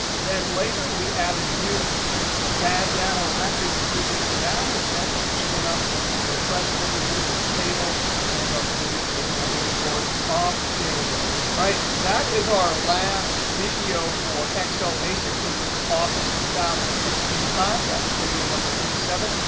then later we added new bad data records to this data set. and sure enough, when we refreshed everything the table and our pivot table report updated. right? that is our last video for excel basics in this office two thousand and sixteen class. that was video number thirty seven.